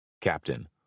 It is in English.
Captain